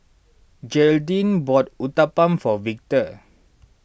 Gearldine bought Uthapam for Victor